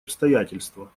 обстоятельства